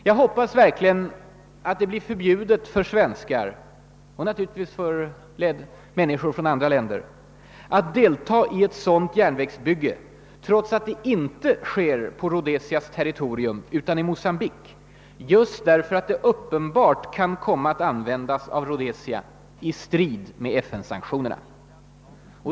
Jag hoppas verkligen att det blir förbjudet för svenskar, och naturligtvis också för medborgare från andra länder, att delta 1 ett sådant järnvägsbygge trots att det inte sker på Rhodesias territorium utan i Mocambique just därför att det uppenbart kan komma att användas av Rhodesia i strid med FN-sanktionerna.